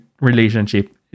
relationship